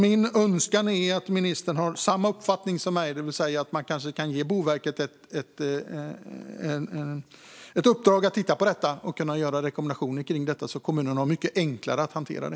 Min önskan är att ministern har samma uppfattning som jag, det vill säga att man kanske kan ge Boverket ett uppdrag att titta på detta och göra rekommendationer så att kommunerna kan hantera det mycket enklare.